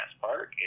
Park